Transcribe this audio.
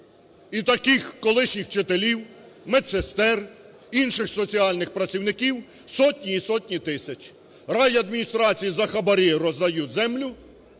І таких колишніх вчителів, медсестер, інших соціальних працівників сотні і сотні тисяч. Райадміністрації за хабарі роздають землю,